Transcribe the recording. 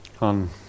on